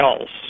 else